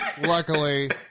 luckily